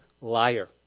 liar